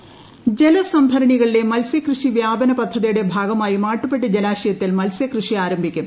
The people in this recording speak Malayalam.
മൽസ്യകൃഷി ജലസംഭരണികളിലെ മൽസ്യകൃഷി വ്യാപന പദ്ധതിയുടെ ഭാഗമായി മാട്ടുപ്പെട്ടി ജലാശയത്തിൽ മൽസ്യകൃഷി ആരംഭിക്കും